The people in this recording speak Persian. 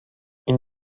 این